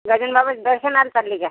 गजाननबाबाच्या दर्शनाला चालली का